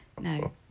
No